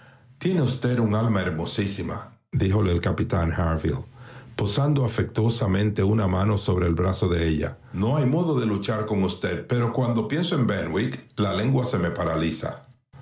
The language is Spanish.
tiene usted un alma hermosísimadíjole el capitán harville posando afectuosamente una mano sobre el brazo de ella no hay modo de luchar con usted pero cuando pienso en benwick la lengua se me paraliza